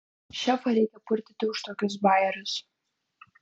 šefą reikia purtyti už tokius bajerius